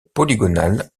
polygonale